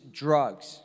drugs